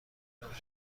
بتونم